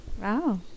Wow